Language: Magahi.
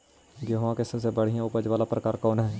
गेंहूम के सबसे बढ़िया उपज वाला प्रकार कौन हई?